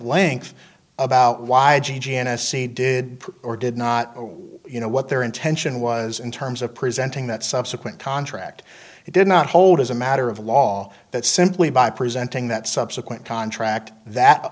length about why i g g n a c did or did not you know what their intention was in terms of presenting that subsequent contract it did not hold as a matter of law that simply by presenting that subsequent contract that